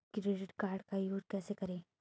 Credit card का use कैसे करें?